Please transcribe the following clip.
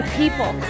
people